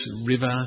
river